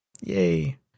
Yay